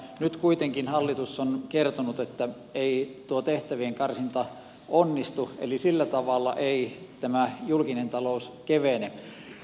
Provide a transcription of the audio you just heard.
nyt kuitenkin hallitus on kertonut että ei tuo tehtävien karsinta onnistu eli sillä tavalla ei tämä julkinen talous kevene